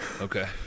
Okay